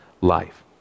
life